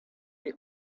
they